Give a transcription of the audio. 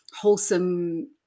wholesome